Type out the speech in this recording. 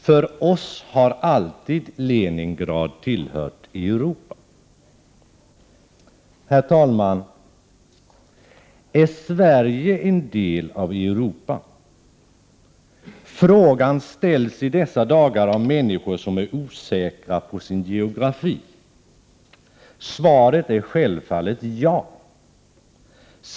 För oss har alltid Leningrad tillhört Europa. Herr talman! Är Sverige en del av Europa? Frågan ställs i dessa dagar av människor som är osäkra på sin geografi. Svaret är självfallet ja.